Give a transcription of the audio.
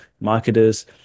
marketers